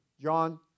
John